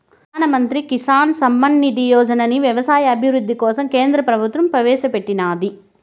ప్రధాన్ మంత్రి కిసాన్ సమ్మాన్ నిధి యోజనని వ్యవసాయ అభివృద్ధి కోసం కేంద్ర ప్రభుత్వం ప్రవేశాపెట్టినాది